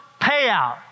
payout